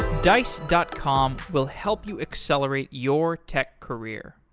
dice dot com will help you accelerate your tech career.